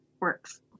works